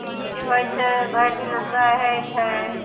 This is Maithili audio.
तीज होइ छै भरि दिना सहए छै